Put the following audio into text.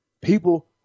People